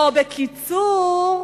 או בקיצור,